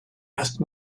asked